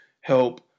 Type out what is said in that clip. help